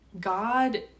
God